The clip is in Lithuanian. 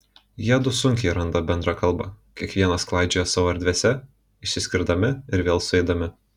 jiedu sunkiai randa bendrą kalbą kiekvienas klaidžioja savo erdvėse išsiskirdami ir vėl sueidami